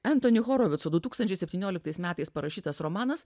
entoni horovico du tūkstančiai septynioliktais metais parašytas romanas